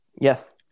Yes